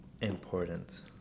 important